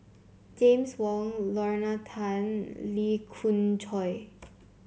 James Wong Lorna Tan Lee Khoon Choy